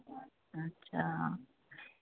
ਅੱਛਾ